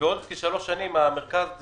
בעוד שלוש שנים מרכז...